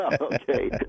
okay